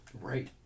Right